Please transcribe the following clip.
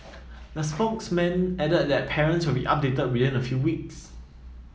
the spokesman added that parents will be updated within a few weeks